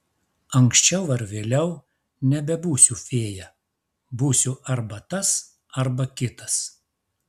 anksčiau ar vėliau nebebūsiu fėja būsiu arba tas arba kitas